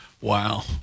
Wow